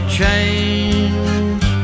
change